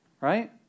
right